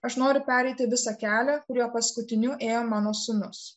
aš noriu pereiti visą kelią kuriuo paskutiniu ėjo mano sūnus